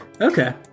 Okay